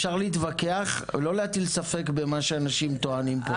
אפשר להתווכח לא להטיל ספק במה שאנשים טוענים פה.